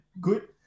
good